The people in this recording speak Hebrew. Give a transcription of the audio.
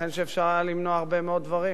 ייתכן שאפשר היה למנוע הרבה מאוד דברים.